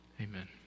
Amen